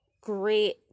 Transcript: great